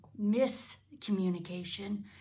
miscommunication